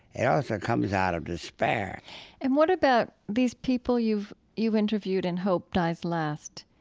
it also comes out of despair and what about these people you've you've interviewed in hope dies last,